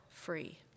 free